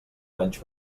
menys